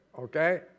okay